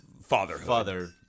fatherhood